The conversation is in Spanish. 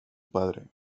padre